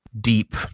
deep